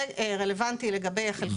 זה רלוונטי לגבי חלקיקים.